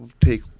take